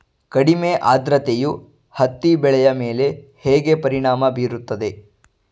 ಕಡಿಮೆ ಆದ್ರತೆಯು ಹತ್ತಿ ಬೆಳೆಯ ಮೇಲೆ ಹೇಗೆ ಪರಿಣಾಮ ಬೀರುತ್ತದೆ?